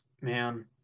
man